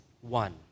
one